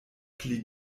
pli